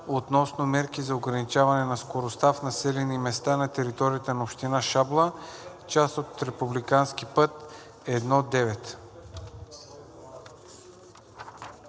относно мерки за ограничаване на скоростта в населени места на територията на община Шабла, част от републикански път I-9.